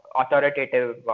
authoritative